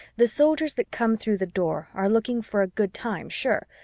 the soldiers that come through the door are looking for a good time, sure,